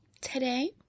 Today